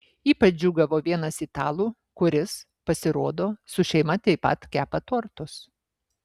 ypač džiūgavo vienas italų kuris pasirodo su šeima taip pat kepa tortus